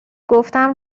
گفتم